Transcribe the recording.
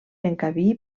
encabir